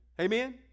Amen